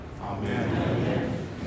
Amen